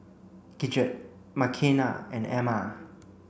Gidget Makena and Emma